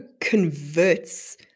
converts